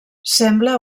sembla